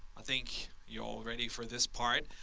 i think you're all ready for this part.